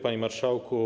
Panie Marszałku!